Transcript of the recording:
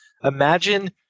imagine